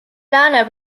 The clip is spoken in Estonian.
lääne